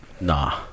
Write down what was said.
Nah